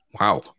Wow